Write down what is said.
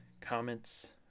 comments